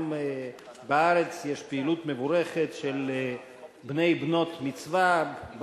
גם בארץ יש פעילות מבורכת של בני/בנות מצווה,